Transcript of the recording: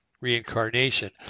reincarnation